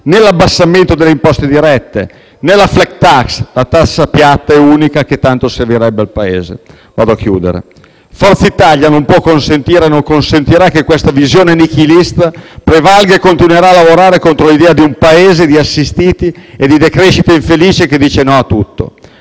né l'abbassamento delle imposte dirette, e nemmeno la *flat tax*, la tassa piatta e unica che tanto servirebbe al Paese. In conclusione, Forza Italia non può consentire, e non consentirà, che questa visione nichilista prevalga e continuerà a lavorare contro l'idea di un Paese di assistiti e di decrescita infelice che dice no a tutto.